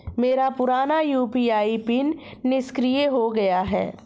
मेरा पुराना UPI PIN निष्क्रिय हो गया है